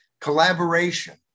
collaboration